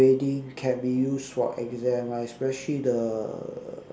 grading can be used for exam ah especially the